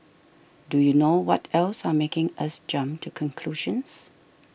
do you know what else are making us jump to conclusions